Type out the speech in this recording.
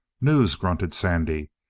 news, grunted sandy,